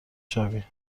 شوی